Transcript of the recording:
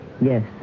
Yes